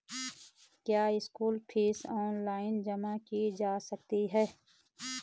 क्या school fees online जमा की जा सकती है?